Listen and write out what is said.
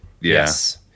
yes